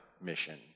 mission